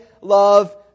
love